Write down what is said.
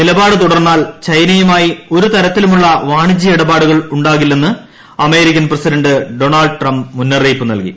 നിലപാട് തുടർന്നാൽ ചൈനയുമായി ഒരുതരത്തിലുമുള്ള വാണിജൃ ഇടപാടുകൾ ഉണ്ടാകില്ലെന്ന് അമേരിക്കൻ പ്രസിഡന്റ് ഡൊണാൾഡ് ട്രംപ് മുന്നറിയിപ്പ് നൽകി